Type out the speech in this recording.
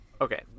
Okay